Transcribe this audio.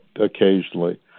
occasionally